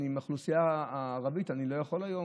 עם האוכלוסייה הערבית אני לא יכול היום,